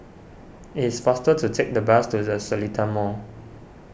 it is faster to take the bus to the Seletar Mall